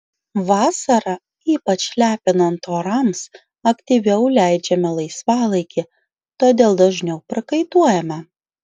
vasarą ypač lepinant orams aktyviau leidžiame laisvalaikį todėl dažniau prakaituojame